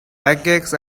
pancakes